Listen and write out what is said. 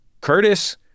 Curtis